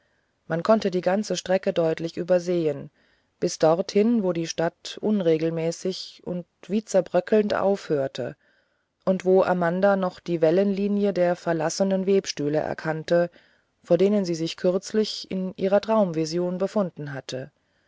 man konnte die ganze strecke deutlich übersehen bis dorthin wo die stadt unregelmäßig und wie zerbröckelnd aufhörte und wo amanda noch die wellenlinie der verlassenen webstühle erkannte vor denen sie sich kürzlich in ihrer traumvision befunden hatte